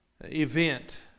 event